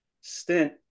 stint